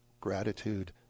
gratitude